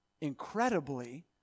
incredibly